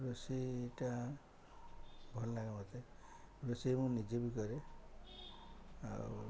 ରୋଷେଇଟା ଭଲ ଲାଗେ ମତେ ରୋଷେଇ ମୁଁ ନିଜେ ବି କରେ ଆଉ